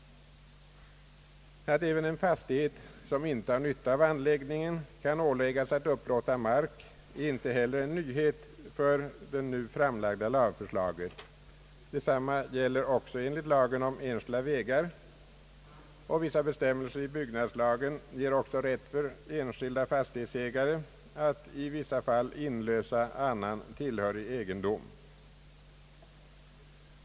Att även en fastighet, som inte har nytta av anläggningen, kan åläggas att upplåta mark är inte heller en nyhet för det nu framlagda lagförslaget. Detsamma gäller också för lagen om enskilda vägar, och vissa bestämmelser i byggnadslagen ger också rätt för enskilda fastighetsägare att i vissa fall inlösa annan tillhörig egendom.